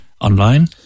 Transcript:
online